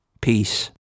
Peace